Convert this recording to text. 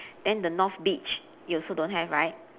then the north beach you also don't have right